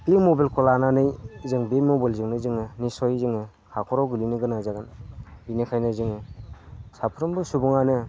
बे मबाइलखो लानानै जों बे मबाइलजोंनो जोङो निस्सय जोङो हाखराव गोग्लैनो गोनां जागोन बिनिखायनो जोङो साफ्रोमबो सुबुङानो